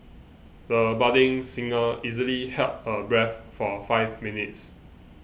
the budding singer easily held her breath for five minutes